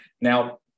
Now